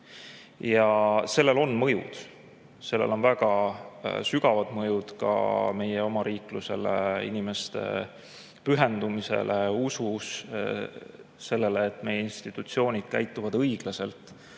Ja sellel on mõjud. Sellel on väga sügavad mõjud ka meie omariiklusele, inimeste pühendumisele, usule, et meie institutsioonid käituvad õiglaselt